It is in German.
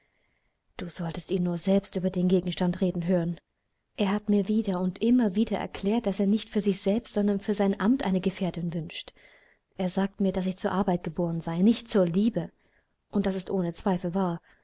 du solltest ihn nur selbst über den gegenstand reden hören er hat mir wieder und immer wieder erklärt daß er nicht für sich selbst sondern für sein amt eine gefährtin wünscht er sagt mir daß ich zur arbeit geboren sei nicht zur liebe und das ist ohne zweifel wahr